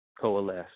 coalesce